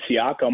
Siakam